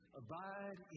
abide